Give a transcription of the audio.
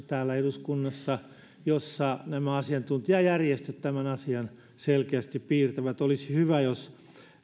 täällä eduskunnassa marraskuussa seminaari jossa nämä asiantuntijajärjestöt tämän asian selkeästi piirtävät olisi hyvä jos